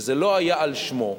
וזה לא היה על שמו,